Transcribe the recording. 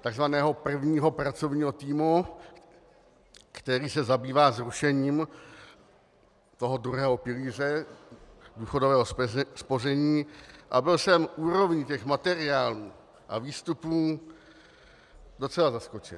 takzvaného prvního pracovního týmu, který se zabývá zrušením druhého pilíře důchodového spoření, a byl jsem úrovní materiálů a výstupů docela zaskočen.